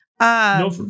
No